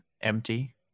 empty